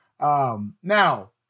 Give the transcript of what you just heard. Now